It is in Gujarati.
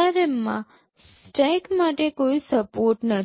ARM માં સ્ટેક માટે કોઈ સપોર્ટ નથી